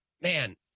man